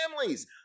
families